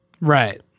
Right